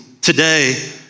today